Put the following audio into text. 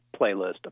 playlist